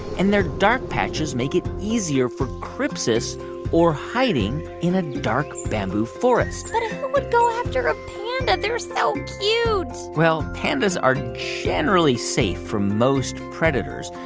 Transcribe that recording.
and their dark patches make it easier for crypsis or hiding in a dark bamboo forest but who would go after a panda? they're so cute well, pandas are generally safe from most predators.